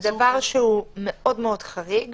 זה דבר שהוא מאוד מאוד חריג